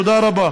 תודה רבה.